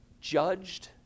judged